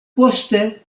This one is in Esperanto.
poste